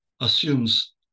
assumes